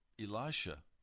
Elisha